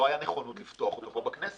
לא הייתה נכונות לפתוח אותו פה בכנסת